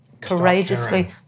courageously